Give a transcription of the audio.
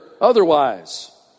otherwise